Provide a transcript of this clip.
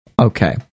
Okay